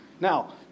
Now